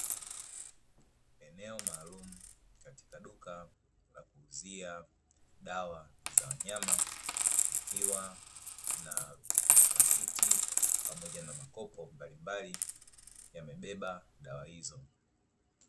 Eneo maalumu katika duka la kuuzia dawa za wanyama, ikiwa na pakiti pamoja na makopo mbalimbali yamebeba dawa hizo.